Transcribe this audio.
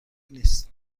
نیست